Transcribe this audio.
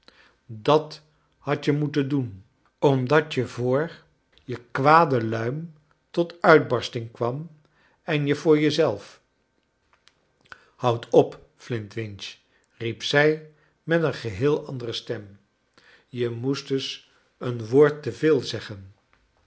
dat had je moeten doen omdat je voor je kwade luim tot uitbar sting kwam en je voor je zelf houd op flintwinchl riep zij met een geheel andere stem je moest eens een woord te veel zeggen